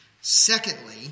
Secondly